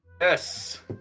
Yes